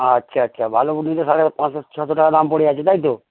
আচ্ছা আচ্ছাা ভালো বুট নিতে গেলে সাড়ে পাঁচশ ছশ টাকা দাম পড়ে যাচ্ছে তাই তো